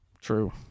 True